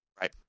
Right